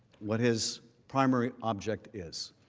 what his primary object is.